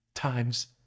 times